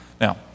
now